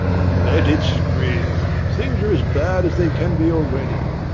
let it scream. things are as bad as they can be already.